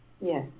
Yes